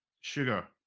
sugar